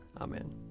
Amen